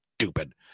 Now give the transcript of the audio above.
stupid